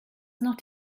not